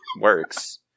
works